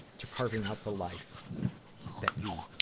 to carving out the life that you,